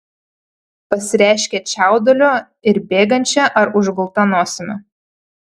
pasireiškia čiauduliu ir bėgančia ar užgulta nosimi